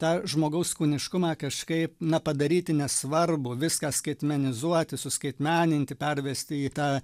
tą žmogaus kūniškumą kažkai na padaryti nesvarbų viską skaitmenizuoti suskaitmeninti pervesti į tą